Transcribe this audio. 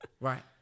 Right